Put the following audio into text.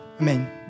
Amen